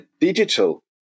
digital